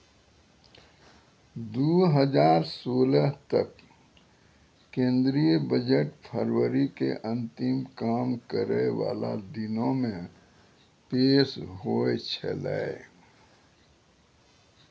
दु हजार सोलह तक केंद्रीय बजट फरवरी के अंतिम काम करै बाला दिनो मे पेश होय छलै